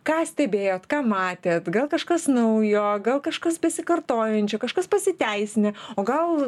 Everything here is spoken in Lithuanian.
ką stebėjot ką matėt gal kažkas naujo gal kažkas besikartojančio kažkas pasiteisinę o gal